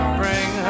bring